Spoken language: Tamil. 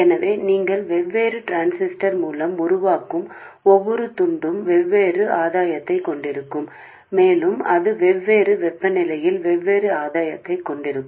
எனவே நீங்கள் வெவ்வேறு டிரான்சிஸ்டர் மூலம் உருவாக்கும் ஒவ்வொரு துண்டும் வெவ்வேறு ஆதாயத்தைக் கொண்டிருக்கும் மேலும் அது வெவ்வேறு வெப்பநிலையில் வெவ்வேறு ஆதாயத்தைக் கொண்டிருக்கும்